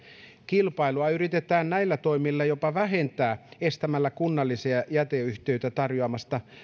kilpailua yritetään näillä toimilla jopa vähentää estämällä kunnallisia jäteyhtiöitä tarjoamasta